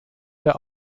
der